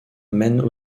mènent